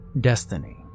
Destiny